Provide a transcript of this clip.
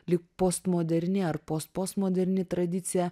lyg postmoderni ar post postmoderni tradicija